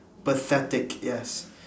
pathetic yes